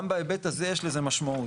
גם בהיבט הזה יש לזה משמעות.